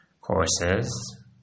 courses